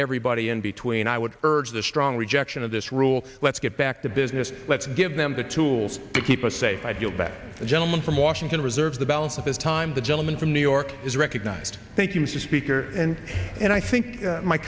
everybody in between i would urge the strong rejection of this rule let's get back to business let's give them the tools to keep us safe idle back the gentleman from washington reserve the balance of the time the gentleman from new york is recognized thank you mr speaker and and i think